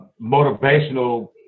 motivational